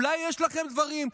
אולי יש לכם דברים,